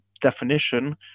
definition